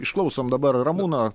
išklausom dabar ramūną